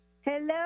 Hello